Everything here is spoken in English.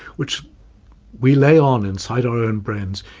which we lay on inside our own brains,